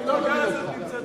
אני לא מבין אותך.